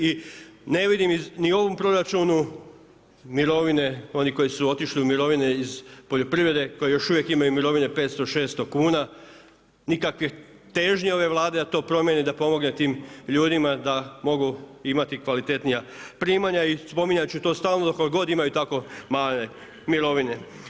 I ne vidim ni u ovom proračunu mirovine, oni koji su otišli u mirovine iz poljoprivrede, koji još uvijek imaju mirovine 500, 600 kn, nikakve težnje ove Vlade da to promijeni, da pomogne tim ljudima da mogu imati kvalitetnija primanja i spominjati ću to stalno, dokle god imali malene mirovine.